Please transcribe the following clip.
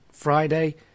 Friday